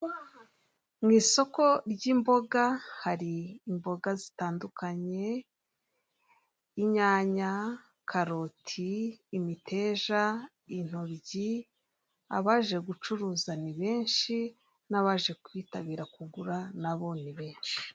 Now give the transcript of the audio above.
Mu isoko ry'imboga hari imboga zitandukanye; inyanya, karoti, imiteja, intoryi, Abaje gucuruza ni benshi n'abaje kwitabira kugura n'abo ni benshi.